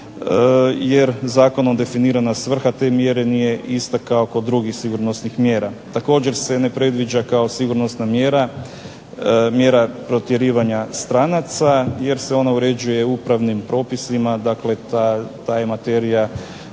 jer zakonom definirana svrha te mjere nije istakao kod drugih sigurnosnih mjera. Također se ne predviđa kao sigurnosna mjera, mjera protjerivanja stranaca jer se ona uređuje upravnim propisima, dakle ta je materija